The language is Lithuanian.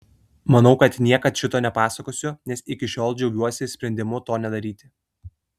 manau kad niekad šito nepasakosiu nes iki šiol džiaugiuosi sprendimu to nedaryti